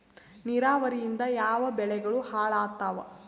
ನಿರಾವರಿಯಿಂದ ಯಾವ ಬೆಳೆಗಳು ಹಾಳಾತ್ತಾವ?